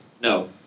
No